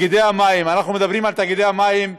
אנחנו מדברים על תאגידי המים,